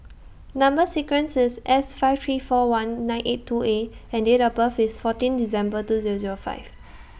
Number sequence IS S five three four one nine eight two A and Date of birth IS fourteen December two Zero Zero five